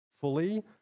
fully